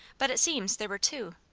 but it seems there were two.